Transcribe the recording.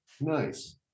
Nice